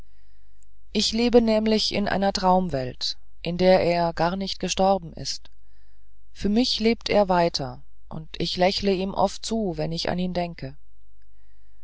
ich lebe nämlich in einer traumwelt in der er gar nicht gestorben ist für mich lebt er weiter und ich lächle ihm oft zu wenn ich an ihn denke